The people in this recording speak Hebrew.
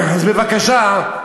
אז בבקשה,